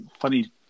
funny